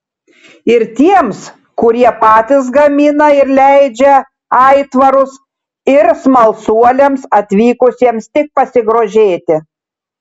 ir tiems kurie patys gamina ir leidžia aitvarus ir smalsuoliams atvykusiems tik pasigrožėti